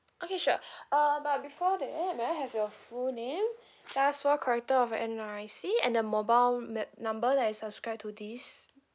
okay sure uh but before that may I have your full name last four character of your N_R_I_C and the mobile ma~ number that is subscribed to this